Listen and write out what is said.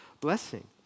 blessing